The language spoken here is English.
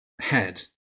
head